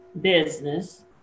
business